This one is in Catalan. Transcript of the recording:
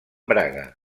braga